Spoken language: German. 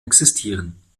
existieren